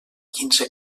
quinze